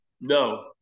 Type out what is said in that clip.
No